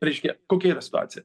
reiškia kokia yra situacija